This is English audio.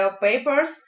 papers